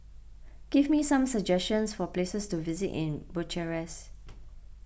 give me some suggestions for places to visit in Bucharest